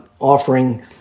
offering